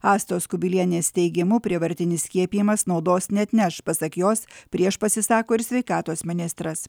astos kubilienės teigimu prievartinis skiepijimas naudos neatneš pasak jos prieš pasisako ir sveikatos ministras